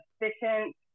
efficient